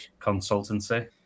consultancy